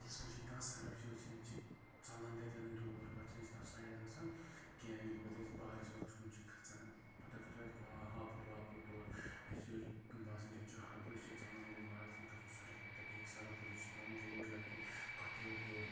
ییٚلہِ أسۍ کُنہِ جاے کانٛہہ سۄرٕپھ چھِ وٕچھان أسۍ چھِ ژَلان تَتٮ۪ن دوٗر پَتہٕ چھِنہٕ أسۍ تَتھ سایڈَس گژھان کیٚنٛہہ ییٚلہِ پَتہٕ أسۍ باغَس واغَس کُن چھِ کھسان پَتہٕ اَگر تَتہِ ہا ہاپُت واپُت اوس اَسہِ چھِ باسان چھِ ییٚتہِ چھُ ہاپُتھ أسۍ چھِ ژَلان ییٚلہِ أسۍ باغَس منٛز کھسو سۄرۄپ تَتہِ ہیٚکہِ سۄرُپھ ٲسِتھ أسۍ چھِ تھاوان بوٗٹ لٲگِتھ کۄٹھیو ہیوٚر